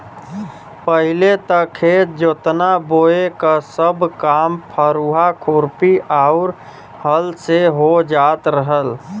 पहिले त खेत जोतना बोये क सब काम फरुहा, खुरपी आउर हल से हो जात रहल